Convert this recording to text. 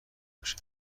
باشه